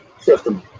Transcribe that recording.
System